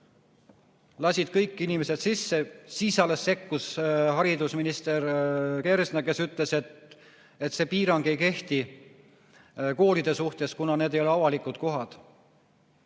lasid kõik inimesed sisse, siis alles sekkus haridusminister Kersna, kes ütles, et see piirang ei kehti koolidele, kuna need ei ole avalikud kohad.